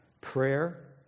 Prayer